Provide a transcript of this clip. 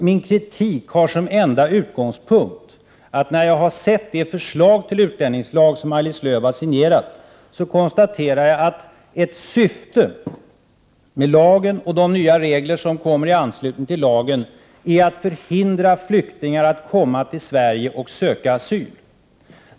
Den enda utgångspunkten för min kritik är att när jag har tagit del av det förslag till utlänningslag som Maj-Lis Lööw har signerat, konstaterar jag att ett syfte med lagen och de nya regler som kommer i anslutning till lagen är att förhindra flyktingar att komma till Sverige och söka asyl.